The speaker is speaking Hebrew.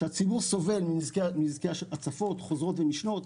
כשהציבור סובל מנזקי הצפות חוזרות ונשנות,